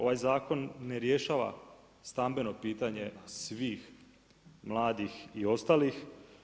Ovaj zakon ne rješava stambeno pitanje svih mladih i ostalih.